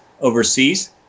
overseas